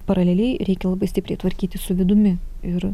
paraleliai reikia labai stipriai tvarkytis su vidumi ir